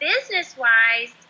business-wise